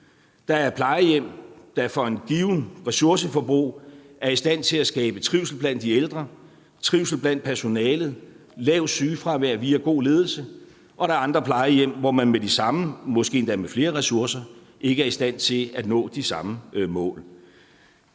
Der er plejehjem, der for et givet ressourceforbrug er i stand til at skabe trivsel blandt de ældre, trivsel blandt personalet, lavt sygefravær via god ledelse, og der er andre plejehjem, hvor man med de samme, måske endda med flere ressourcer, ikke er i stand til at nå de samme mål.